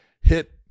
hit